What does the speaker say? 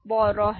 बोरो आहे